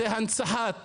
זו הנצחת הגזענות,